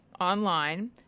online